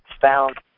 found